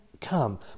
come